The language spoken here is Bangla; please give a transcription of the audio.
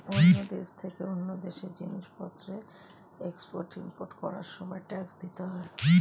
এক দেশ থেকে অন্য দেশে জিনিসপত্রের এক্সপোর্ট ইমপোর্ট করার সময় ট্যাক্স দিতে হয়